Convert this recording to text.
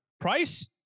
Price